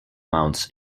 mounts